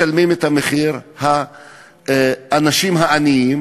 משלמים את המחיר האנשים העניים,